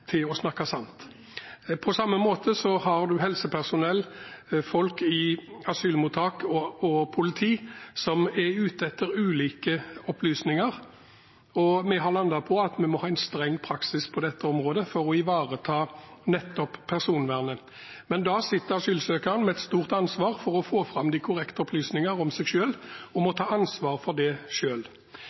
for å snakke sant. På samme måte har en helsepersonell og folk i asylmottak og politiet som er ute etter ulike opplysninger, og vi har landet på at vi må ha en streng praksis på dette området for å ivareta nettopp personvernet, men da sitter asylsøkerne med et stort ansvar for å få fram de korrekte opplysningene om seg selv og må ta ansvar for det